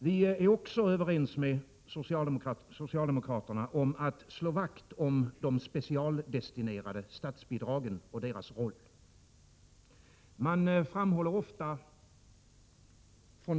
Vi är också överens med socialdemokraterna om att man skall slå vakt om de specialdestinerade statsbidragen och deras roll.